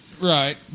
Right